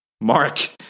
Mark